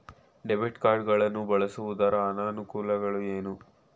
Debit card ಗಳನ್ನು ಬಳಸುವುದರ ಅನಾನುಕೂಲಗಳು ಏನು?